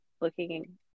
looking